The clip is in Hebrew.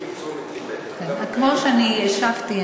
כמו שאני השבתי,